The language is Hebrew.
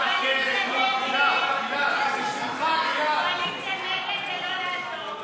להעביר לוועדה את הצעת חוק קרן פיצויים לנזקי הפשיעה החקלאית,